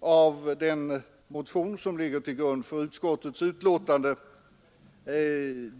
av den motion som föranlett betänkandet.